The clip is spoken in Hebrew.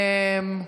תודה.